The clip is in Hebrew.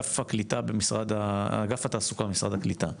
אגף התעסוקה במשרד הקליטה,